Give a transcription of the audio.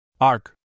Ark